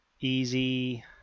easy